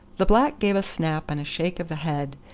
the black gave a snap and a shake of the head,